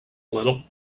little